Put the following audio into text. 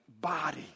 body